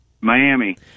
Miami